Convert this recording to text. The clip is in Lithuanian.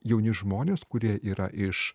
jauni žmonės kurie yra iš